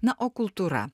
na o kultūra